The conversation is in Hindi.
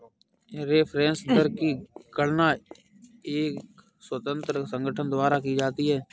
रेफेरेंस दर की गणना एक स्वतंत्र संगठन द्वारा की जाती है